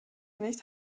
nicht